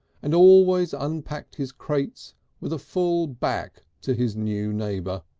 and always unpacked his crates with a full back to his new neighbour,